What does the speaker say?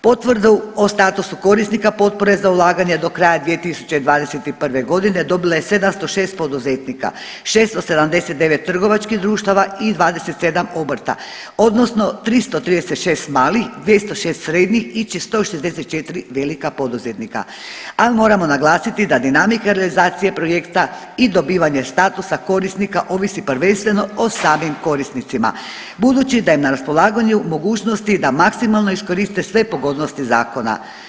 Potvrdu o statusu korisnika potpore za ulaganje do kraja 2021. godine dobilo je 706 poduzetnika, 679 trgovačkih društava i 27 obrta odnosno 336 malih, 206 srednjih i 164 velika poduzetnika, ali moramo naglasiti da dinamika realizacije projekta i dobivanje statusa korisnika ovisi prvenstveno o samim korisnicima budući da im na raspolaganju mogućosti da maksimalno iskoriste sve pogodnosti zakona.